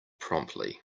promptly